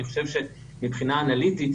אני חושב שמבחינה אנליטית,